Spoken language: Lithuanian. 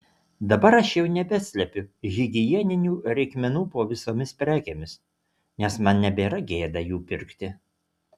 dabar aš jau nebeslepiu higieninių reikmenų po visomis prekėmis nes man nebėra gėda jų pirkti